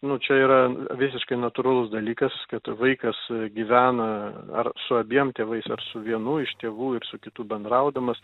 nu čia yra visiškai natūralus dalykas kad vaikas gyvena ar su abiem tėvais ar su vienu iš tėvų ir su kitu bendraudamas